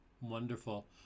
Wonderful